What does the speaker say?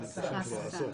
חסאן,